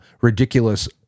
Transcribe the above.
ridiculous